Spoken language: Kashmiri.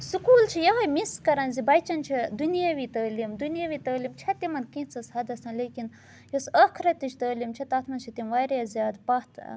سکوٗل چھِ یِہَے مِس کَران زِ بَچَن چھِ دُنیاوی تٲلیٖم دُنیاوی تٲلیٖم چھےٚ تِمَن کینٛژھس حَدَس لیکِن یۄس ٲخرَتٕچ تٲلیٖم چھِ تَتھ منٛز چھِ تِم واریاہ زیادٕ پَتھ